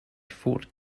fort